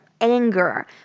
anger